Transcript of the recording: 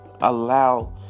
allow